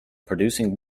producing